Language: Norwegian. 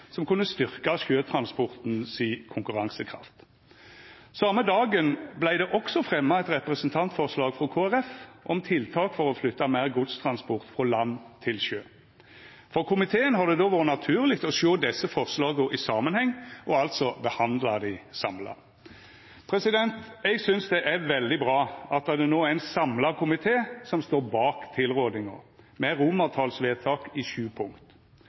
som kunne styrkja konkurransekrafta til sjøtransporten. Same dagen vart det også fremja eit representantforslag frå Kristeleg Folkeparti om tiltak for å flytta meir godstransport frå land til sjø. For komiteen har det då vore naturleg å sjå desse forslaga i samanheng og altså behandla dei samla. Eg synest det er veldig bra at det no er ein samla komité som står bak tilrådinga, med sju forslag til romartalsvedtak.